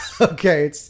Okay